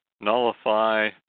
nullify